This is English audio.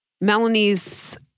Melanie's